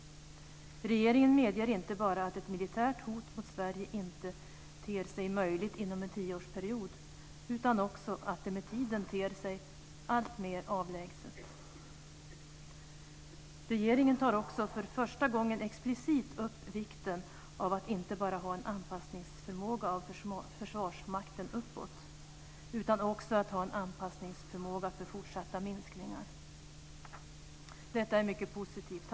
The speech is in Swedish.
Regeringen medger inte bara att ett militärt hot mot Sverige inte ter sig möjligt inom en tioårsperiod utan också att det med tiden ter sig alltmer avlägset. Regeringen tar också för första gången explicit upp vikten av att inte bara ha en anpassningsförmåga av Försvarsmakten uppåt utan också att ha en anpassningsförmåga för fortsatta minskningar. Detta är mycket positivt.